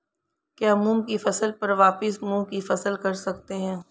क्या मूंग की फसल पर वापिस मूंग की फसल कर सकते हैं?